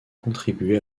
contribué